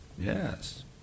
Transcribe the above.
Yes